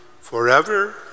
forever